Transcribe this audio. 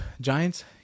Giants